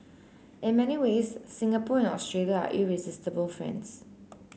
in many ways Singapore and Australia are irresistible friends